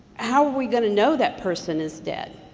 how are we going to know that person is debt?